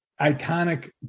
iconic